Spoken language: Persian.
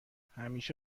همیشه